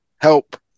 help